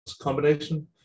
combination